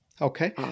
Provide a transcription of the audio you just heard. Okay